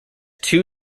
two